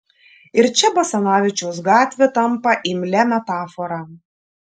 ir čia basanavičiaus gatvė tampa imlia metafora